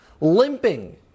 limping